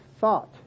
thought